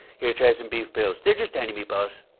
here. try some beef pills. they're just tiny meatballs.